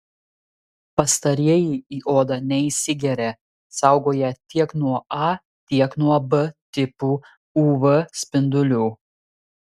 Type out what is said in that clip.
pastarieji į odą neįsigeria saugo ją tiek nuo a tiek nuo b tipų uv spindulių